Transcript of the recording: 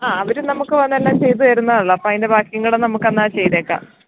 ആ അവർ നമുക്ക് വന്നെല്ലാം ചെയ്ത് തരുന്നതേ ഉള്ളു അപ്പോൾ അതിൻ്റെ ബാക്കിയും കൂടെ നമുക്ക് എന്നാൽ ചെയ്തേക്കാം